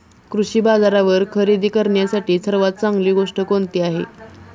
कृषी बाजारावर खरेदी करण्यासाठी सर्वात चांगली गोष्ट कोणती आहे?